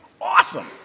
Awesome